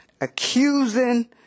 accusing